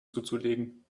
zuzulegen